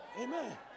amen